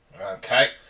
Okay